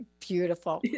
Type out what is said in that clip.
beautiful